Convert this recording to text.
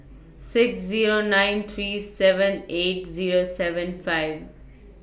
six Zero nine three seven eight Zero seven five